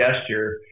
gesture